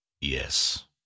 yes